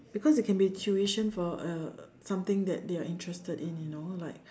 because it can be tuition for uh something that they are interested in you know like